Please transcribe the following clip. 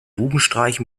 bubenstreich